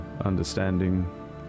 understanding